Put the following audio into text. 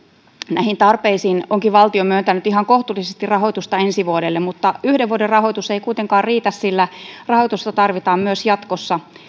näihin tarpeisiin onkin valtio myöntänyt ihan kohtuullisesti rahoitusta ensi vuodelle mutta yhden vuoden rahoitus ei kuitenkaan riitä sillä rahoitusta tarvitaan myös jatkossa